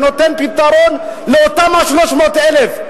שנותן פתרון לאותם ה-300,000.